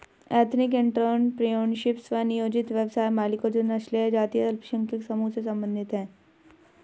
ethnic entrepreneurship, स्व नियोजित व्यवसाय मालिकों जो नस्लीय या जातीय अल्पसंख्यक समूहों से संबंधित हैं